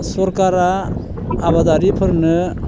सोरखरा आबादारिफोरनो